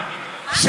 זוהיר, לא מתאים לך.